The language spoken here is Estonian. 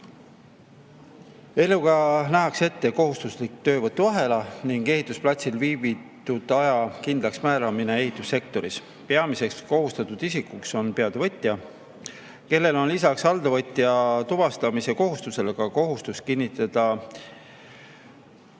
Eelnõuga nähakse ette kohustuslik töövõtuahela ning ehitusplatsil viibitud aja kindlaks määramine ehitussektoris. Peamiseks kohustatud isikuks on peatöövõtja, kellel on lisaks alltöövõtja tuvastamise kohustusele ka kohustus kinnitada [MTA]